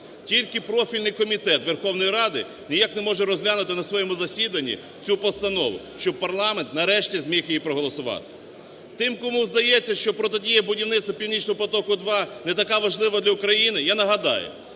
Тільки профільний комітет Верховної Ради ніяк не може розглянути на своєму засіданні цю постанову, щоб парламент нарешті зміг її проголосувати. Тим, кому здається, що протидія будівництву "Північного потоку-2" не така важлива для України, я нагадаю,